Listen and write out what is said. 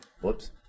Whoops